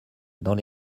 dans